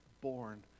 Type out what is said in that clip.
born